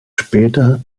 später